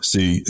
See